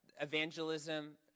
evangelism